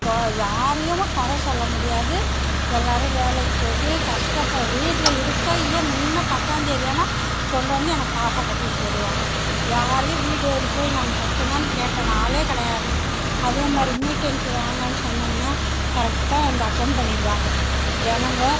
யாரையும் கொறை சொல்ல முடியாது எல்லோரும் வேலைக்கு போய்விட்டு கஷ்ட இப்போ வீட்டில் இருக்கோ இல்லையோ முன்ன பத்தாந்தேதி ஆனால் கொண்டு வந்து எனக்கு காசை கட்டிட்டு போய்விடுவாங்க யாரையும் வீடேறி போய் நான் கட்டுங்கன்னு கேட்ட நாளே கிடையாது அதே மாதிரி மீட்டிங்குக்கு வாங்கன்னு சொன்னோம்னா கரெக்டாக வந்து அட்டெண்ட் பண்ணிவிடுவாங்க ஜனங்கள்